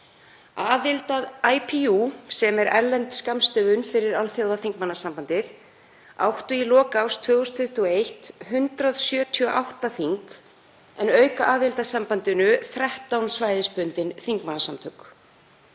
Aðild að IPU, sem er erlend skammstöfun fyrir Alþjóðaþingmannasambandið, áttu í lok árs 2021 178 þing en aukaaðild að sambandinu þrettán svæðisbundin þingmannasamtök.